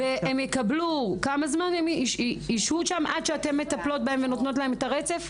הן ישהו שם עד שאתן מטפלות בהן ונותנות להן את הרצף?